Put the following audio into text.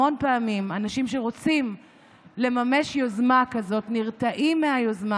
המון פעמים אנשים שרוצים לממש יוזמה כזאת נרתעים מהיוזמה,